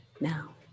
now